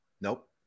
Nope